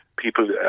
People